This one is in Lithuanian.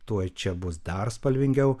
tuoj čia bus dar spalvingiau